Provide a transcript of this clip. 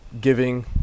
giving